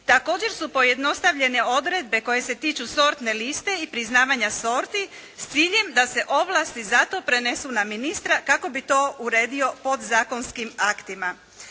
Također su pojednostavljene odredbe koje se tiču sortne liste i priznavanja sorti s ciljem da se ovlasti zato prenesu na ministra kako bi to uredio podzakonskim aktima.